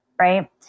right